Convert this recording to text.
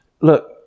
Look